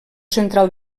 central